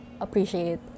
appreciate